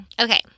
Okay